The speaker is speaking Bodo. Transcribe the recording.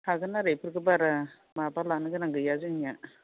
हागोन आरो इखौफोरखौ बारा माबा लानो गोनां गैया जोंनिया